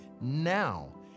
now